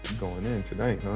going in tonight,